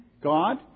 God